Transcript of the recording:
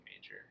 major